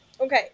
Okay